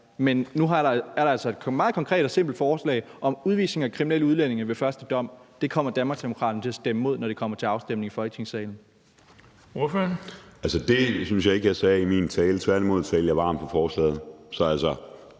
Men nu er der altså et meget konkret og simpelt forslag om udvisning af kriminelle udlændinge ved første dom, og det kommer Danmarksdemokraterne til at stemme imod, når det kommer til afstemning i Folketingssalen. Kl. 20:20 Den fg. formand (Erling Bonnesen): Ordføreren.